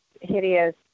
hideous